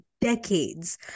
decades